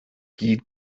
gyd